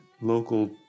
local